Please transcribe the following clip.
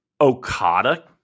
Okada